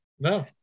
No